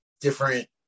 different